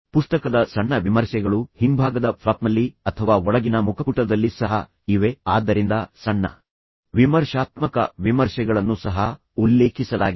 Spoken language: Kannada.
ಪುಸ್ತಕದ ಸಣ್ಣ ವಿಮರ್ಶೆಗಳು ಹಿಂಭಾಗದ ಫ್ಲಾಪ್ನಲ್ಲಿ ಅಥವಾ ಒಳಗಿನ ಮುಖಪುಟದಲ್ಲಿ ಸಹ ಇವೆ ಆದ್ದರಿಂದ ಸಣ್ಣ ವಿಮರ್ಶಾತ್ಮಕ ವಿಮರ್ಶೆಗಳನ್ನು ಸಹ ಉಲ್ಲೇಖಿಸಲಾಗಿದೆ